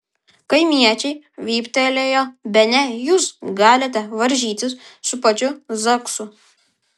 kaimiečiai vyptelėjo bene jūs galite varžytis su pačiu zaksu